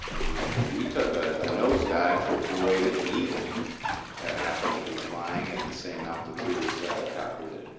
i mean, we took a ah nosedive to avoid an eagle that happened to be flying at the same altitude as the helicopter did.